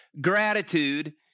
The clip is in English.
gratitude